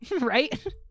right